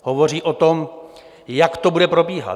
Hovoří o tom, jak to bude probíhat.